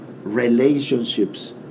relationships